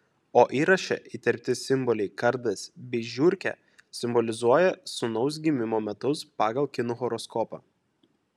o įraše įterpti simboliai kardas bei žiurkė simbolizuoja sūnaus gimimo metus pagal kinų horoskopą